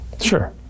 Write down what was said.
Sure